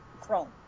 Chrome